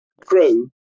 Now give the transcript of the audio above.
crew